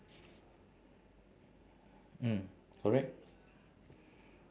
mm correct